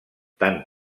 tant